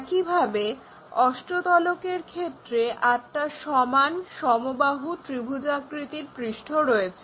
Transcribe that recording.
একইভাবে অষ্টতলকের ক্ষেত্রে আটটা সমান সমবাহু ত্রিভুজাকৃতির পৃষ্ঠ রয়েছে